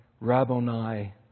Rabboni